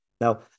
Now